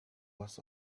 was